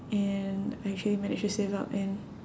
and I actually managed to save up and